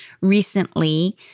recently